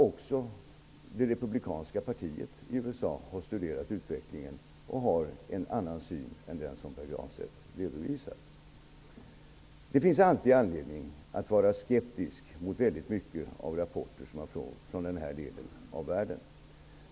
Också det republikanska partiet i USA har studerat utvecklingen och har en annan syn än den som Pär Det finns alltid anledning att vara skeptisk mot många av de rapporter som kommer från denna del av världen.